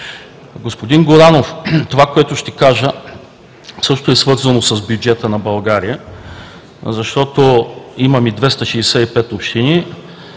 Господин Горанов, това, което ще кажа, също е свързано с бюджета на България, защото имаме 265 общини,